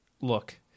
look